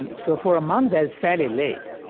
and so for a monk that's fairly late,